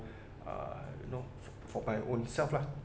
uh you know for for my own self lah